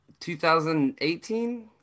2018